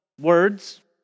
words